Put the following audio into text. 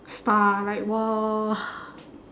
star like !wow!